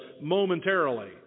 momentarily